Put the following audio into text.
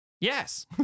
Yes